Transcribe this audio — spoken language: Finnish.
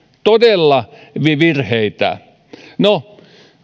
todella virheitä no